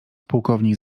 pułkownik